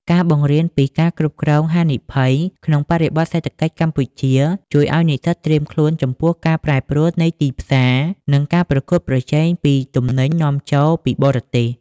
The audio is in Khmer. ការបង្រៀនពី "ការគ្រប់គ្រងហានិភ័យ" ក្នុងបរិបទនៃសេដ្ឋកិច្ចកម្ពុជា ជួយឱ្យនិស្សិតត្រៀមខ្លួនចំពោះភាពប្រែប្រួលនៃទីផ្សារ និងការប្រកួតប្រជែងពីទំនិញនាំចូលពីបរទេស។